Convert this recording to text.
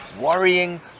worrying